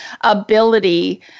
ability